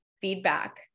feedback